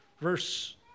verse